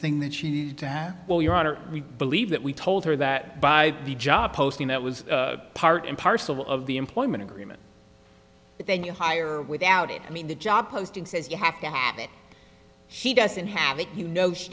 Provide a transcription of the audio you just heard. thing that she needed to have well your honor we believe that we told her that by the job posting that was part and parcel of the employment agreement but then you hire without it i mean the job posting says you have to have it she doesn't have it you know she